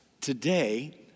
today